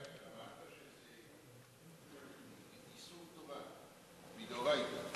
אמרת שזה איסור תורה מדאורייתא,